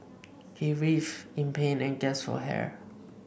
he writhed in pain and gasped for air